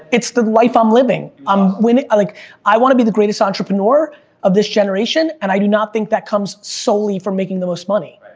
it's the life i'm living, um i like i wanna be the greatest entrepreneur of this generation, and i do not think that comes solely from making the most money,